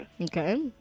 Okay